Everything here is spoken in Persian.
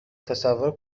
تصور